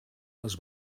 les